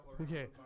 Okay